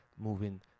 moving